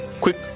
quick